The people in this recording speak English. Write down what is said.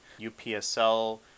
upsl